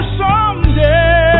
someday